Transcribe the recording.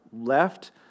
left